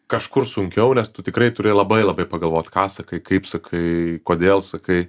kažkur sunkiau nes tu tikrai turi labai labai pagalvot ką sakai kaip sakai kodėl sakai